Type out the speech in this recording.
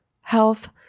health